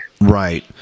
right